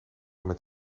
met